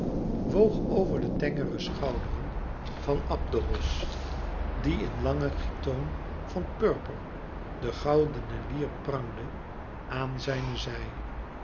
woog over de tengere schouderen van abderos die in lange chitoon van purper de goudene lier prangde aan zijne zij